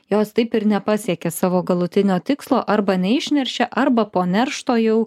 jos taip ir nepasiekia savo galutinio tikslo arba neišneršia arba po neršto jau